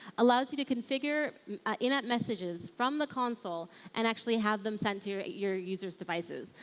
allows you to configure in-app messages from the console and actually have them sent to your your users' devices.